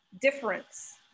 difference